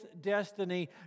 destiny